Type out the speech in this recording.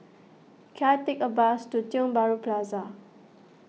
can I take a bus to Tiong Bahru Plaza